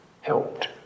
helped